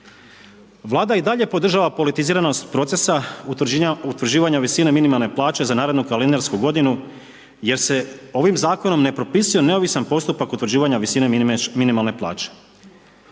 Vlada i dalje podržava politiziranost procesa utvrđivanja minimalne plaće za narednu kalendarsku godinu jer se ovim zakonom ne propisuje neovisan postupak utvrđivanja visine minimalne plaće.